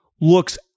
looks